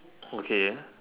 okay